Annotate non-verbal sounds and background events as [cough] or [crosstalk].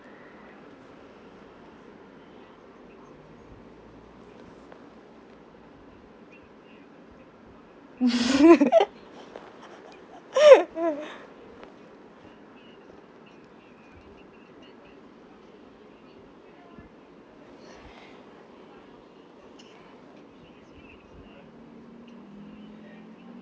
[laughs]